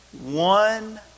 One